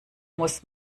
muss